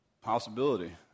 possibility